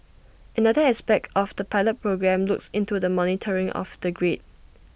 another aspect of the pilot programme looks into the monitoring of the grid